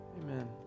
Amen